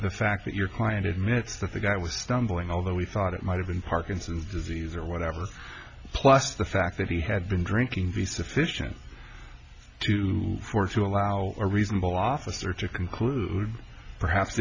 the fact that your client admits that the guy was stumbling although he thought it might have been parkinson's disease or whatever plus the fact that he had been drinking be sufficient to four to allow a reasonable officer to conclude perhaps